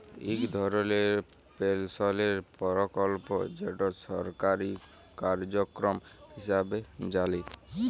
ইক ধরলের পেলশলের পরকল্প যেট সরকারি কার্যক্রম হিঁসাবে জালি